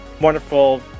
wonderful